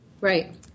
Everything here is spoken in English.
Right